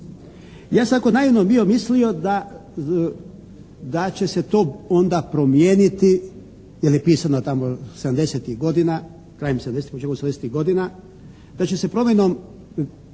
Ja sam onako naivno bio mislio da će se to onda promijeniti jer je pisano tamo 70-ih godina, krajem 70-ih početkom 80-ih godina, da će se promjenom